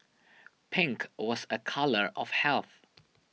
pink was a colour of health